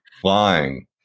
flying